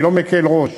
אני לא מקל ראש